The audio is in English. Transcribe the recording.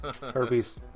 Herpes